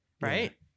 right